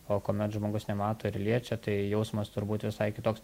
o kuomet žmogus nemato ir liečia tai jausmas turbūt visai kitoks